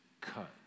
cut